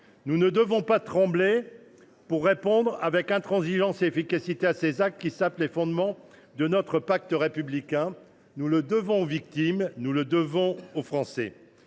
Nous ne devons pas trembler pour répondre avec intransigeance et efficacité à ces actes, car ils sapent les fondements de notre pacte républicain. Nous le devons aux victimes. Nous le devons aux Français.